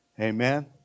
Amen